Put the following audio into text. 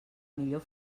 millor